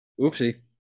Oopsie